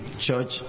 church